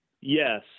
Yes